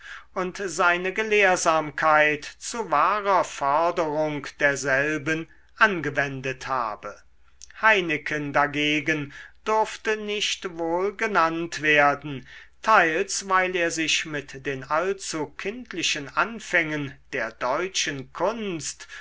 und seine gelehrsamkeit zu wahrer förderung derselben angewendet habe heinecken dagegen durfte nicht wohl genannt werden teils weil er sich mit den allzu kindlichen anfängen der deutschen kunst